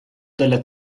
della